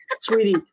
sweetie